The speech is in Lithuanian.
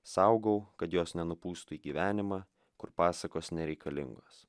saugau kad jos nenupūstų į gyvenimą kur pasakos nereikalingos